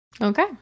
okay